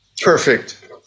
perfect